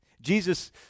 Jesus